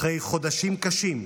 אחרי חודשים קשים,